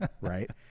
Right